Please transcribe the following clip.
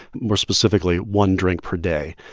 more specifically one drink per day,